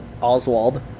Oswald